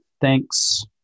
thanks